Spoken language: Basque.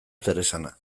zeresana